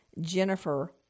Jennifer